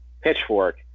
Pitchfork